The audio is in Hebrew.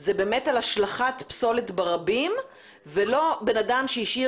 זה באמת על השלכת פסולת ברבים ולא בן אדם שהשאיר